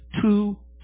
Two